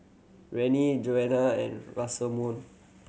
Rennie Johannah and Rosamond